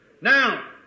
Now